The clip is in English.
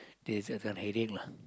this is an headache lah